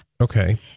Okay